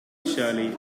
shirley